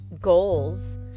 goals